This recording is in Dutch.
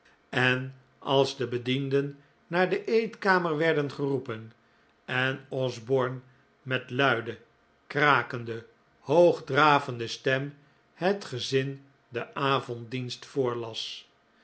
en als de bedienden naar de eetkamer werden geroepen en osborne met luide krakende hoogdravende stem het gezin den avonddienst voorlas